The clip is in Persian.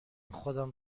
خودم